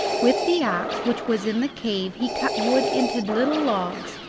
with the axe which was in the cave he cut wood into little logs,